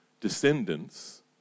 descendants